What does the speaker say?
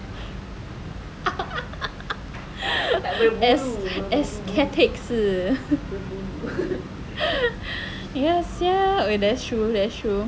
aes~ aesthetics ya sia okay that's true that's true